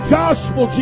gospel